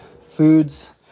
Foods